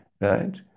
right